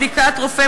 בבדיקת רופא,